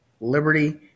Liberty